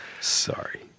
Sorry